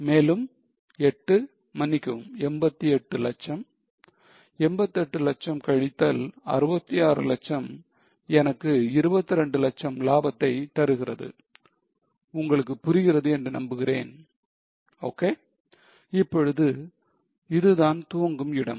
மேலும் 8 மன்னிக்கவும் 88 லட்சம் 88 லட்சம் கழித்தல் 66 லட்சம் எனக்கு 22 லட்சம் லாபத்தை தருகிறது உங்களுக்குப் புரிகிறது என்று நம்புகிறேன் ok இப்பொழுது இது தான் துவங்கும் இடம்